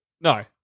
No